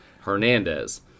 hernandez